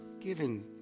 given